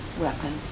weapon